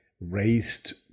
Raised